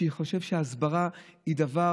שאני חושב שהסברה היא דבר